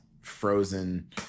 frozen